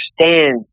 understand